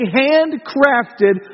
handcrafted